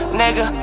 nigga